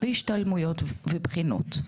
השתלמויות ובחינות.